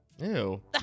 Ew